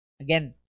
Again